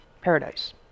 Paradise